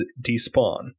despawn